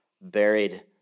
buried